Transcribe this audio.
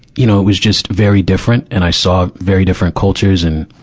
you know, it was just very different. and i saw very different cultures and,